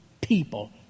people